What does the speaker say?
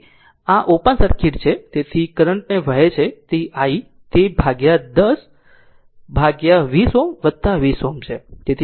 તેથી આ open circuit છે તેથી કરંટ તે વહે છે તે i તે 10 ભાગ્યા 20 Ω 20 Ω છે